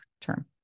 term